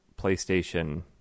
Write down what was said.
PlayStation